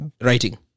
Writing